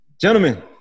Gentlemen